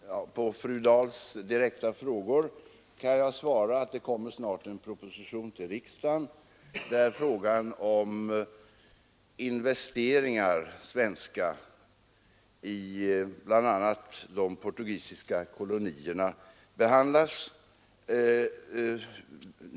Herr talman! På fru Dahls direkta frågor kan jag svara att det snart kommer en proposition till riksdagen där problemet om svenska investeringar i bl.a. de portugisiska kolonierna behandlas.